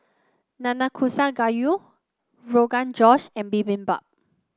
Nanakusa Gayu Rogan Josh and Bibimbap